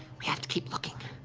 we have to keep looking.